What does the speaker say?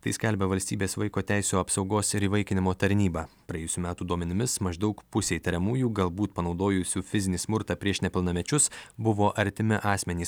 tai skelbia valstybės vaiko teisių apsaugos ir įvaikinimo tarnyba praėjusių metų duomenimis maždaug pusė įtariamųjų galbūt panaudojusių fizinį smurtą prieš nepilnamečius buvo artimi asmenys